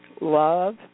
love